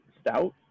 Stout